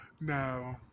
No